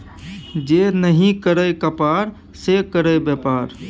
जे नहि करय कपाड़ से करय बेपार